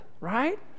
Right